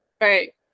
Right